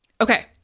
Okay